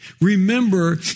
Remember